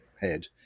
head